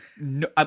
no